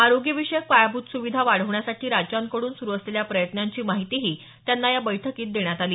आरोग्यविषयक पायाभूत सुविधा वाढवण्यासाठी राज्यांकडून सुरु असलेल्या प्रयत्नांची माहितीही त्यांना या बैठकीत देण्यात आली